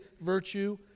virtue